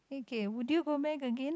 okay would you go back again